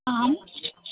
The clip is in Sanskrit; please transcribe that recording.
आम्